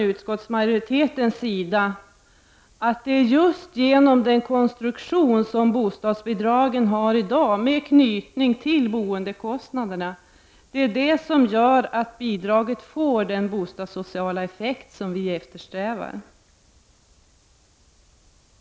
Utskottsmajoriteten menar att det är just genom den konstruktion som bostadsbidraget har i dag, med en knytning till boendekostnaderna, som gör att bidraget får den bostadssociala effekt som eftersträvas.